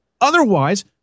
Otherwise